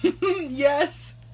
yes